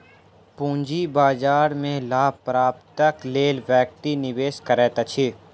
पूंजी बाजार में लाभ प्राप्तिक लेल व्यक्ति निवेश करैत अछि